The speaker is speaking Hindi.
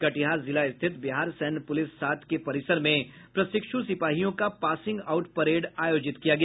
कटिहार जिला स्थित बिहार सैन्य पुलिस सात के परिसर में प्रशिक्षु सिपाहियों का पासिंग आउट परेड आयोजित किया गया